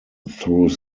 through